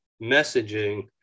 messaging